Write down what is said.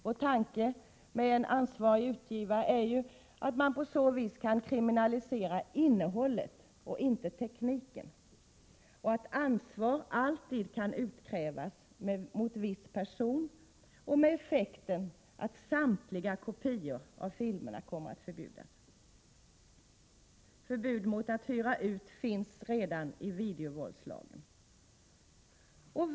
Vår tanke med förslaget om ansvarig utgivare är att man på så sätt kan kriminalisera innehållet, inte tekniken, och att ansvaret alltid skall kunna utkrävas mot viss person och med effekten att samtliga kopior av filmerna förbjuds. Förbud mot att hyra ut våldsvideo finns redan nu i videovåldslagen.